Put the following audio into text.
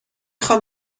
خوام